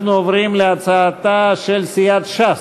אנחנו עוברים להצעתה של סיעת ש"ס.